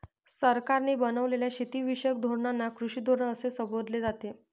सरकारने बनवलेल्या शेतीविषयक धोरणांना कृषी धोरण असे संबोधले जाते